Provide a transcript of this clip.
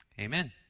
Amen